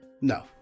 No